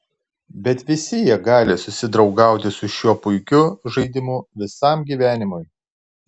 bet visi jie gali susidraugauti su šiuo puikiu žaidimu visam gyvenimui